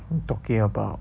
what you talking about